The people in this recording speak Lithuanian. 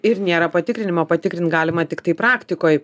ir nėra patikrinimo patikrint galima tiktai praktikoj